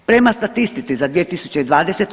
Prema statistici za 2020.